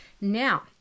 Now